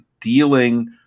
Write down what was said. dealing